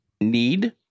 need